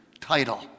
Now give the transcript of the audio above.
title